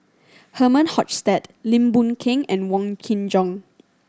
Herman Hochstadt Lim Boon Keng and Wong Kin Jong